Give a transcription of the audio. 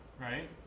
right